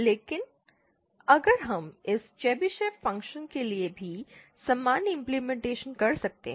लेकिन अगर हम इस चेबीशेव फ़ंक्शन के लिए भी समान इमप्लीमेनटेशन कर सकते हैं